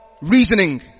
reasoning